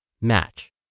Match